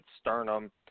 sternum